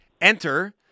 Enter